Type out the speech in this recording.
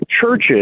churches